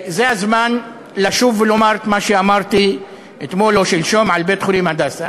זה הזמן לשוב ולומר את מה שאמרתי אתמול או שלשום על בית-חולים "הדסה".